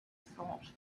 thought